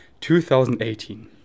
2018